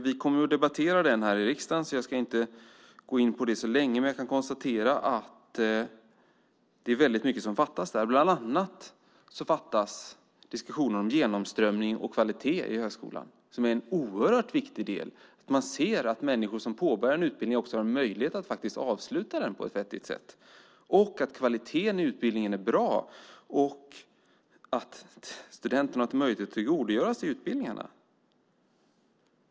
Vi kommer att debattera den här i riksdagen, så jag ska inte gå in på den så mycket. Men jag kan konstatera att det är mycket som fattas där. Bland annat fattas en diskussion om genomströmning och kvalitet i högskolan som är en oerhört viktig del, att människor som påbörjar en utbildning också har en möjlighet att avsluta den på ett vettigt sätt, att kvaliteten i utbildningen är bra och att studenterna har möjligheter att tillgodogöra sig utbildningarna.